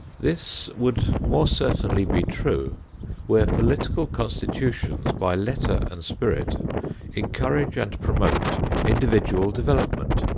this would more certainly be true where political constitutions by letter and spirit encourage and promote individual development,